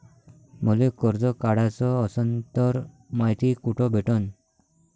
मले कर्ज काढाच असनं तर मायती कुठ भेटनं?